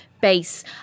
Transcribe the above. base